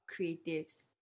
Creatives